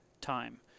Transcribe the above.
time